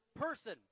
person